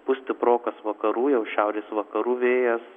pūs stiprokas vakarų jau šiaurės vakarų vėjas